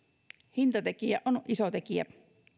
hintatekijä on iso tekijä